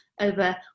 Over